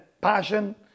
passion